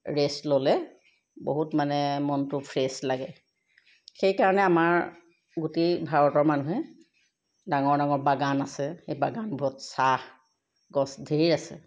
rest ল'লে বহুত মানে মনটো ফ্ৰেছ লাগে সেইকাৰণে আমাৰ গোটেই ভাৰতৰ মানুহে ডাঙৰ ডাঙৰ বাগান আছে সেই বাগানবোৰত চাহ গছ ধেৰ আছে